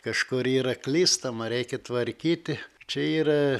kažkur yra klystama reikia tvarkyti čia yra